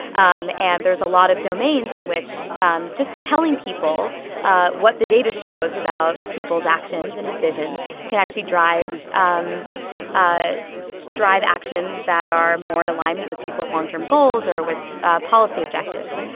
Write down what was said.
and and there's a lot of domains in which um just telling people what the data shows about people's actions and decisions can actually drive um ah drive actions that are more in alignment with people's long-term goals or with policy objectives.